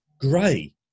grey